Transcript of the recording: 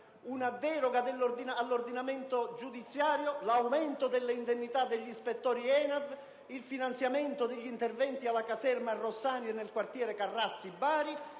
deroga all'ordinamento giudiziario; aumento dell'indennità degli ispettori ENAV; finanziamento degli interventi alla caserma «Rossani» nel quartiere Carrassi di